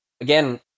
again